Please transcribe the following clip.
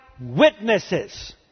witnesses